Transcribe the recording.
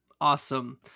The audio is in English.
Awesome